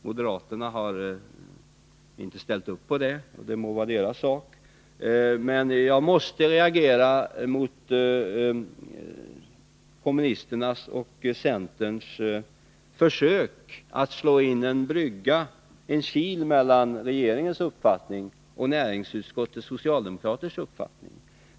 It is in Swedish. Moderaterna har inte ställt sig bakom det beslutet, men det må vara deras sak. Jag måste reagera mot kommunisternas och centerns försök att slå in en kil mellan regeringens uppfattning och uppfattningen hos näringsutskottets socialdemokratiska ledamöter.